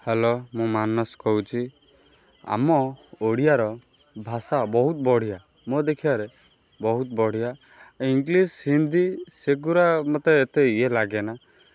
hello ମୁଁ ମାନସ କହୁଛି ଆମ ଓଡ଼ିଆର ଭାଷା ବହୁତ ବଢ଼ିଆ ମୋ ଦେଖିବାରେ ବହୁତ ବଢ଼ିଆ ଇଙ୍ଗଲିଶ୍ ହିନ୍ଦୀ ସେଗୁଡ଼ା ମତେ ଇଏ ଲାଗେନା